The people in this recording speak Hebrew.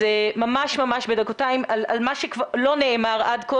ממש בדקתיים על מה שלא נאמר עד כה.